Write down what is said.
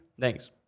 thanks